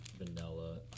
vanilla